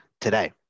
today